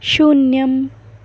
शून्यम्